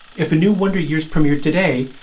if a new wonder years premiered today,